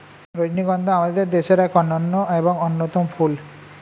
রজনীগন্ধা আমাদের দেশের এক অনন্য এবং অন্যতম ফুল